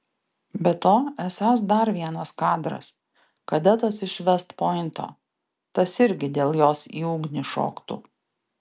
be to esąs dar vienas kadras kadetas iš vest pointo tas irgi dėl jos į ugnį šoktų